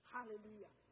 Hallelujah